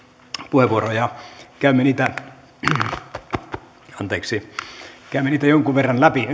puheenvuoroja käymme niitä jonkun verran läpi